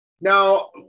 Now